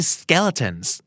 skeletons